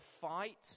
fight